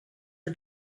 are